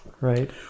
right